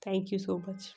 thank you so much